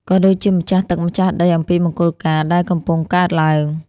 ក៏ដូចជាម្ចាស់ទឹកម្ចាស់ដីអំពីមង្គលការដែលកំពុងកើតឡើង។